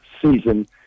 season –